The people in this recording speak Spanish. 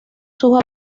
sus